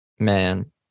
Man